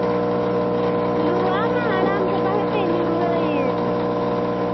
ᱞᱚᱣᱟ ᱢᱟ ᱦᱟᱲᱟᱢ ᱪᱟᱵᱟ ᱠᱟᱛᱮᱫ ᱧᱩᱨᱦᱟᱹᱭᱮᱱ